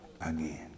Again